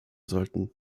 sollten